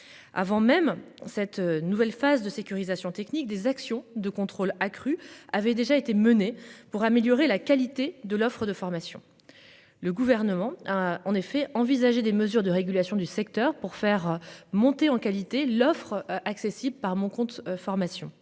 Avant même cette nouvelle phase de sécurisation techniques des actions de contrôle accru avaient déjà été menés pour améliorer la qualité de l'offre de formation. Le gouvernement a en effet envisager des mesures de régulation du secteur pour faire monter en qualité l'offre accessible par mon compte formation,